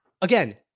Again